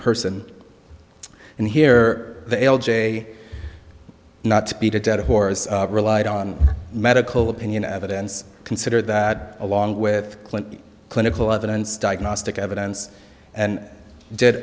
person and hear the l j not to beat a dead horse relied on medical opinion evidence consider that along with clinton clinical evidence diagnostic evidence and did